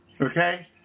Okay